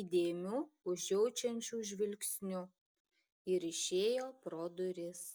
įdėmiu užjaučiančiu žvilgsniu ir išėjo pro duris